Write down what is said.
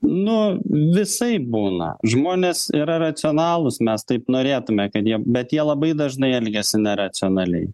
nu visaip būna žmonės yra racionalūs mes taip norėtume kad jie bet jie labai dažnai elgiasi neracionaliai